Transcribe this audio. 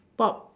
pop